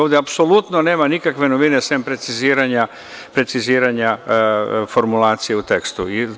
Ovde apsolutno nema nikakve novine, sem preciziranja formulacije u tekstu.